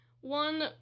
One